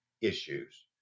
issues